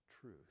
truth